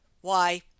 Why